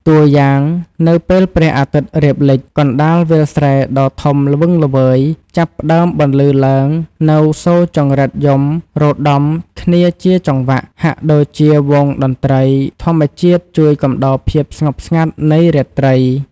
តួយ៉ាង នៅពេលព្រះអាទិត្យរៀបលិច កណ្ដាលវាលស្រែដ៏ធំល្វឹងល្វើយ ចាប់ផ្ដើមបន្លឺឡើងនូវសូរចង្រិតយំរដំគ្នាជាចង្វាក់ ហាក់ដូចជាវង់តន្ត្រីធម្មជាតិជួយកំដរភាពស្ងប់ស្ងាត់នៃរាត្រី។